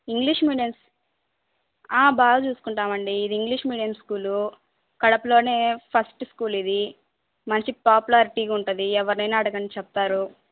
English medium బాగా చూసుకుంటామండి ఇది ఇంగ్లీష్ మీడియం స్కూలు కడపలోనే ఫస్ట్ స్కూల్ ఇది మంచి పాపులారిటీగా ఉంటుంది ఎవరినైనా అడగండి చెప్తారు